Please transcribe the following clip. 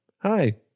Hi